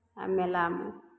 आ मेलामे